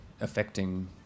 affecting